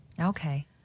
okay